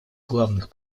главных